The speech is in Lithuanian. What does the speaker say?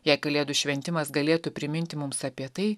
jei kalėdų šventimas galėtų priminti mums apie tai